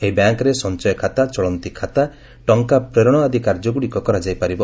ଏହି ବ୍ୟାଙ୍କରେ ସଞ୍ଚୟଖାତା ଚଳନ୍ତି ଖାତା ଟଙ୍କା ପ୍ରେରଣ ଆଦି କାର୍ଯ୍ୟଗୁଡ଼ିକ କରାଯାଇପାରିବ